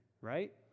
right